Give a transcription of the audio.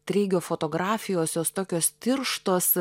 treigio fotografijos jis tokios tirštos